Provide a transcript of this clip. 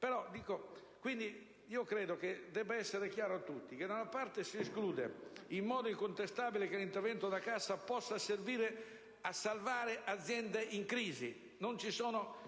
Credo debba essere chiaro a tutti che, da una parte, si esclude in modo incontestabile che l'intervento della Cassa possa servire a salvare aziende in crisi;